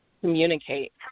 communicate